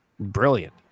Brilliant